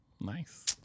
Nice